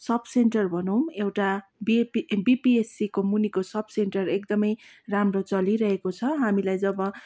सब् centre भनौँ एउटा बीएपी बिपिएचसीको मुनिको सब् सेन्टर एकदमै राम्रो चलिरहेको छ हामीलाई जब